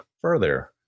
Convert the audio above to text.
further